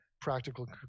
practical